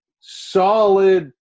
Solid